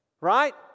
Right